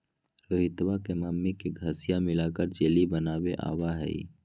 रोहितवा के मम्मी के घास्य मिलाकर जेली बनावे आवा हई